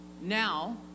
Now